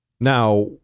Now